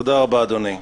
תודה רבה, אדוני.